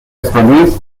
پرسپولیس